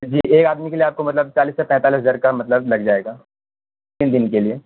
جی ایک آدمی کے لیے آپ کو مطلب چالیس سے پینتالیس ہزار کا مطلب لگ جائے گا تین دن کے لیے